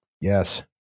Yes